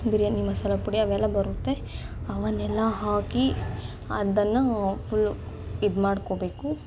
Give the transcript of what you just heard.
ಬಿರ್ಯಾನಿ ಮಸಾಲ ಪುಡಿ ಅವೆಲ್ಲ ಬರುತ್ತೆ ಅವನ್ನೆಲ್ಲ ಹಾಕಿ ಅದನ್ನು ಫುಲ್ಲು ಇದು ಮಾಡ್ಕೊಳ್ಬೇಕು